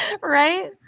Right